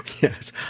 Yes